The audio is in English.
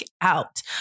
out